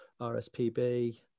RSPB